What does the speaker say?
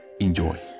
Enjoy